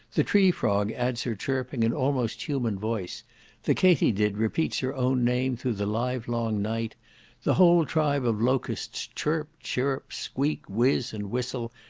the tree-frog adds her chirping and almost human voice the kattiedid repeats her own name through the livelong night the whole tribe of locusts chirp, chirrup, squeak, whiz, and whistle,